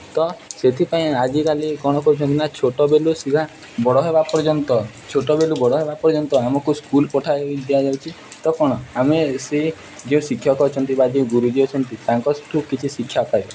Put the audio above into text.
ତ ସେଥିପାଇଁ ଆଜିକାଲି କ'ଣ କରୁଛନ୍ତି ନା ଛୋଟ ବେଳୁ ଛୁଆ ବଡ଼ ହେବା ପର୍ଯ୍ୟନ୍ତ ଛୋଟ ବେଳୁ ବଡ଼ ହେବା ପର୍ଯ୍ୟନ୍ତ ଆମକୁ ସ୍କୁଲ୍ ପଠାଇ ଦିଆଯାଉଛି ତ କ'ଣ ଆମେ ସେ ଯେଉଁ ଶିକ୍ଷକ ଅଛନ୍ତି ବା ଯେଉଁ ଗୁରୁଜୀ ଅଛନ୍ତି ତାଙ୍କଠୁ କିଛି ଶିକ୍ଷା ପାଉ